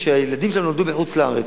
שהילדים שלהם נמצאים בחוץ-לארץ.